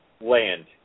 land